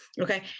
Okay